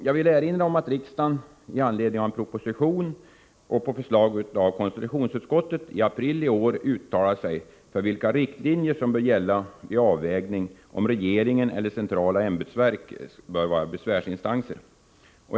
Jag vill erinra om att riksdagen i anledning av en proposition och på förslag av konstitutionsutskottet i april i år uttalade sig för vilka riktlinjer som bör gälla vid avvägning om regeringen eller centrala ämbetsverk bör vara besvärsinstanser.